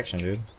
like hundred